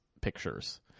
pictures